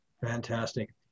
Fantastic